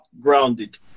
grounded